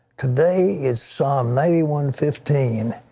today is psalm ninety one fifteen.